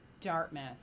Dartmouth